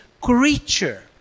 creature